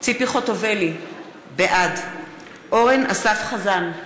ציפי חוטובלי, בעד אורן אסף חזן,